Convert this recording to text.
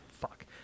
Fuck